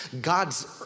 God's